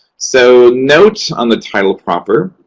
so, note on the title proper.